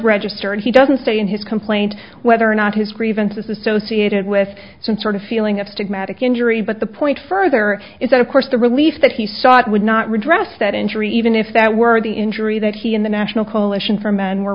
registered he doesn't say in his complaint whether or not his grievance is associated with some sort of feeling of stigmatic injury but the point further is that of course the relief that he sought would not redress that injury even if that were the injury that he and the national coalition for men were